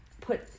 put